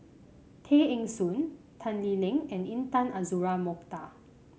Tay Eng Soon Tan Lee Leng and Intan Azura Mokhtar